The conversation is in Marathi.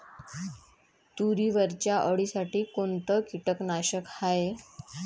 तुरीवरच्या अळीसाठी कोनतं कीटकनाशक हाये?